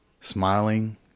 smiling